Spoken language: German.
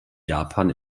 japan